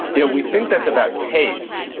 yeah we think that's about taste,